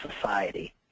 society